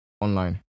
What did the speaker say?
online